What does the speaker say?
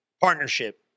Partnership